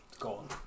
gone